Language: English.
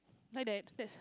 like that that's